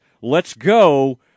let's-go